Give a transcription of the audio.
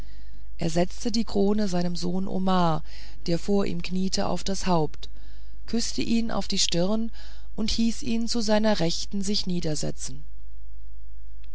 er setzte die krone seinem sohn omar der vor ihm kniete auf das haupt küßte ihn auf die stirne und hieß ihn zu seiner rechten sich